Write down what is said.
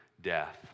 death